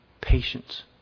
Patience